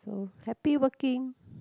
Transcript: so happy working